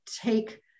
take